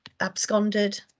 absconded